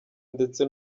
ndetse